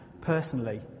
personally